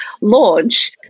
launch